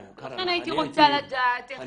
אני הייתי רוצה לדעת איך הם